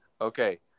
Okay